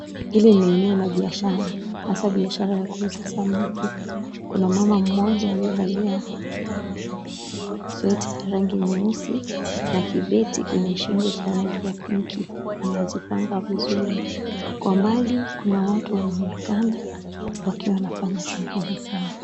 Hili ni eneo la biashara, hasa biashara ya kuuza samaki. Kuna mama mmoja aliyevalia sweta ya rangi nyeusi na kibeti kwenye shingo cha rangi ya pinki, anazipanga vizuri. Kwa mbali kuna watu wanaonekana, wakiwa wanafanya shughuli zao.